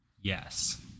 Yes